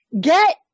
get